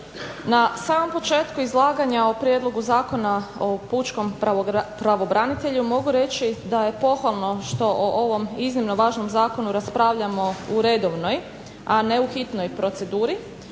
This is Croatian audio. Na samom početku izlaganja o Prijedlogu zakona o pučkom pravobranitelju mogu reći da je pohvalno što o ovom iznimno važnom zakonu raspravljamo u redovnoj, a ne u hitnoj proceduri